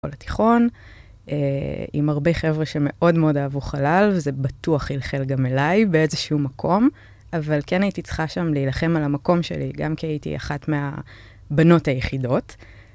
בתיכון, עם הרבה חבר'ה שמאוד מאוד אהבו חלל, וזה בטוח חילחל גם אליי באיזשהו מקום, אבל כן הייתי צריכה שם להילחם על המקום שלי, גם כי הייתי אחת מהבנות היחידות.